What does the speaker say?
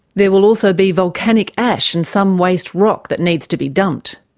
there will also be volcanic ash and some waste rock that needs to be dumped.